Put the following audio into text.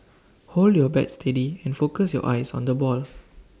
hold your bat steady and focus your eyes on the ball